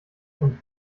und